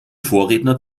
vorredner